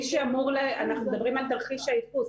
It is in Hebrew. אנחנו מדברים על תרחיש הייחוס.